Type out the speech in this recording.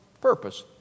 purpose